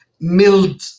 milled